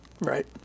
Right